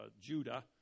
Judah